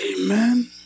amen